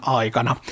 aikana